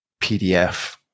PDF